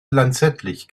lanzettlich